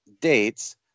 dates